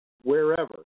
wherever